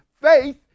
faith